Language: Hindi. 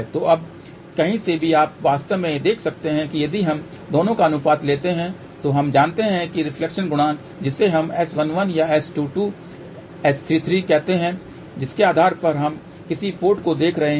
तो अब कहीं से भी आप वास्तव में यह देख सकते हैं कि यदि हम दोनों का अनुपात लेते हैं तो हम जानते हैं कि रिफ्लेक्शन गुणांक जिसे हम S11 या S22 S33 कहते हैं जिसके आधार पर हम किस पोर्ट को देख रहे हैं